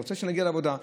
אתה רוצה שנגיע לעבודה,